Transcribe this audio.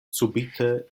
subite